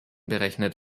berechnet